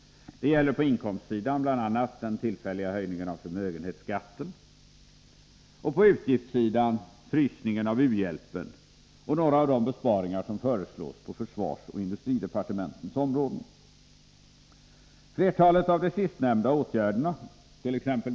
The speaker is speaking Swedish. Det gäller på inkomstsidan bl.a. den tillfälliga höjningen av förmögenhetsskatten och på utgiftssidan frysningen av u-hjälpen och några av de besparingar som föreslås på försvarsoch industridepartementens områden. Flertalet av de sistnämnda åtgärderna —t.ex.